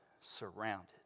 surrounded